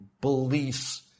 beliefs